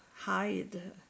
hide